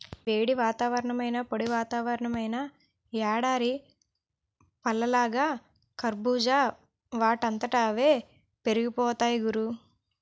వేడి వాతావరణమైనా, పొడి వాతావరణమైనా ఎడారి పళ్ళలాగా కర్బూజా వాటంతట అవే పెరిగిపోతాయ్ గురూ